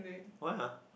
why uh